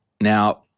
Now